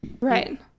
Right